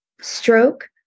Stroke